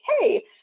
hey